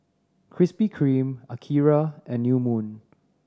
Krispy Kreme Akira and New Moon